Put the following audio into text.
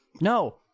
no